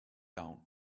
down